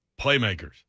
playmakers